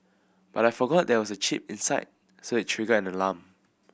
but I forgot there was a chip inside so it triggered an alarm